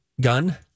gun